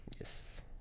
Yes